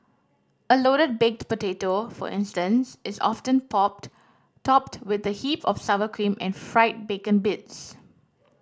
a loaded baked potato for instance is often topped popped with a heap of sour cream and fried bacon bits